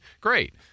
great